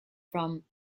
from